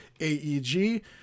AEG